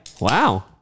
wow